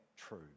true